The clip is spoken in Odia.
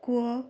କୂଅ